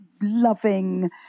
loving